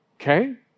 okay